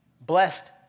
Blessed